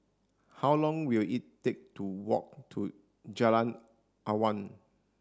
how long will it take to walk to Jalan Awan